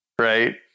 right